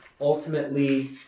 Ultimately